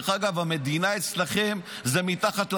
המדינה אצלכם זה מתחת למפלגה.